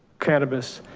cannabis.